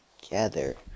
together